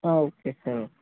okay sir okay